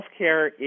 healthcare